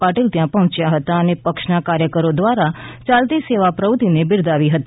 પાટિલ ત્યાં પહોચ્યા હતા અને પક્ષના કાર્યકરો દ્વારા ચાલતી સેવા પ્રવૃતિને બિરદાવી હતી